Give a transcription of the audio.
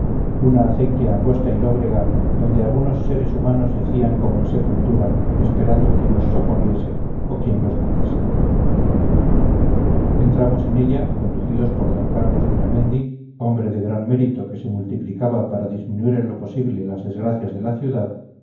una acequia angosta y lóbrega donde algunos seres humanos yacían como en sepultura esperando quien los socorriese o quien los matase entramos en ella conducidos por d carlos beramendi hombre de gran mérito que se multiplicaba para disminuir en lo posible las desgracias de la ciudad